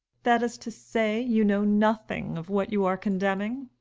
that is to say you know nothing of what you are condemning?